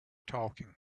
talking